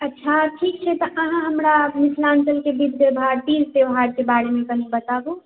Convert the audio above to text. अच्छा ठीकछै तऽ अहाँ हमरा मिथिलाञ्चलके विधि व्यवहार तीज त्यौहारके बारेमे कनि बताबु